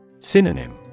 Synonym